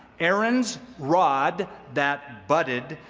aaron's rod that budded,